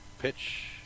pitch